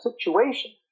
situation